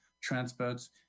transports